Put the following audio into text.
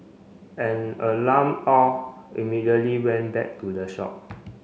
an alarmed Aw immediately went back to the shop